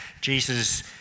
Jesus